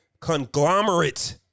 conglomerate